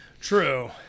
True